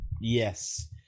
Yes